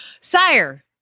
Sire